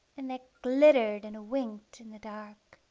and that glittered and winked in the dark.